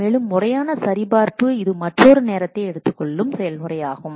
மேலும் முறையான சரிபார்ப்பு இது மற்றொரு நேரத்தை எடுத்துக்கொள்ளும் செயல்முறையாகும்